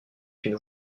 une